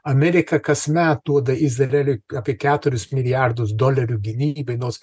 amerika kasmet duoda izraeliui apie keturis milijardus dolerių gynybai nors